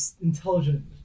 intelligent